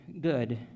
good